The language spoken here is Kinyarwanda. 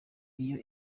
iyo